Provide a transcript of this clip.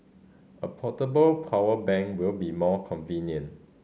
a portable power bank will be more convenient